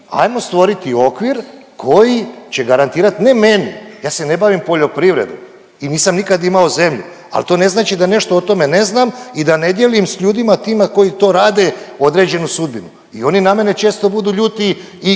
Hajmo stvoriti okvir koji će garantirati ne meni, ja se ne bavim poljoprivredom i nisam nikad imao zemlju, ali to ne znači da nešto o tome ne znam i da ne dijelim sa ljudima tima koji to rade određenu sudbinu. I oni na mene često budu ljuti i